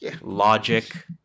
Logic